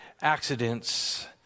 accidents